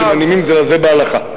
שמנעימים זה לזה בהלכה.